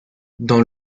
dans